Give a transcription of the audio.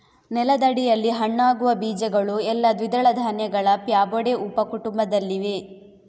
ನೆಲದಡಿಯಲ್ಲಿ ಹಣ್ಣಾಗುವ ಬೀಜಗಳು ಎಲ್ಲಾ ದ್ವಿದಳ ಧಾನ್ಯಗಳ ಫ್ಯಾಬೊಡೆ ಉಪ ಕುಟುಂಬದಲ್ಲಿವೆ